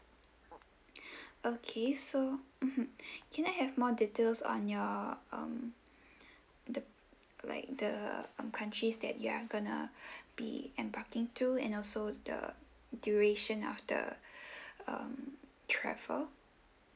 okay so mmhmm can I have more details on your um the like the countries that you're gonna be embarking to and also the duration of the um travel